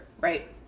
right